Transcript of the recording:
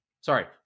Sorry